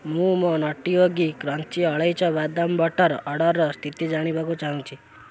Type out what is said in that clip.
ମୁଁ ମୋ Nutty Yogi crunchy ଅଳେଇଚ ବାଦାମ ବଟର୍ ଅର୍ଡ଼ର୍ର ସ୍ଥିତି ଜାଣିବାକୁ ଚାହୁଁଛି